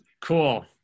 Cool